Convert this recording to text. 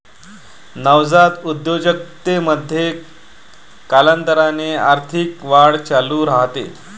नवजात उद्योजकतेमध्ये, कालांतराने आर्थिक वाढ चालू राहते